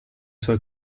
suoi